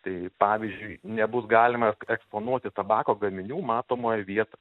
tai pavyzdžiui nebus galima ek eksponuoti tabako gaminių matomoje vietoj